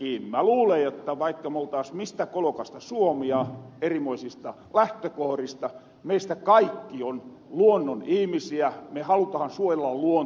mä luulen jotta vaikka me oltaas mistä kolokasta suomia erimoista lähtökohrista meistä kaikki on luonnon ihmisiä me halutahan suojella luontoa